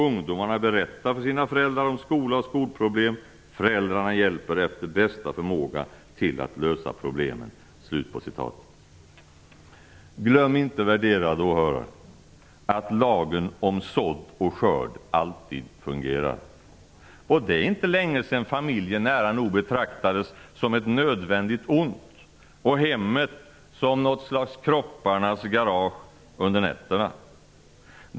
Ungdomarna berättar för sina föräldrar om skola och skolproblem, föräldrarna hjälper efter bästa förmåga till att lösa problemen." Glöm inte, värderade åhörare, att lagen om sådd och skörd alltid fungerar. Och det är inte länge sedan familjen nära nog betraktades som ett nödvändigt ont och hemmet som något slags kropparnas garage under nätterna.